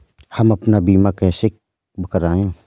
हम अपना बीमा कैसे कराए?